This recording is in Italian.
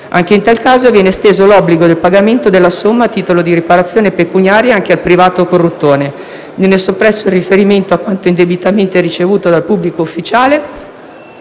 Anche in tale caso viene esteso l'obbligo del pagamento della somma a titolo di riparazione pecuniaria anche al privato corruttore; viene soppresso il riferimento a quanto indebitamente ricevuto dal pubblico ufficiale;